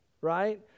right